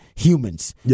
Humans